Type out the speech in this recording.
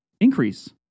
increase